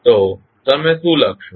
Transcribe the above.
તો તમે શું લખશો